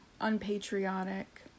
unpatriotic